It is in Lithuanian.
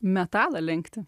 metalą lenkti